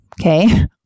okay